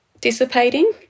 dissipating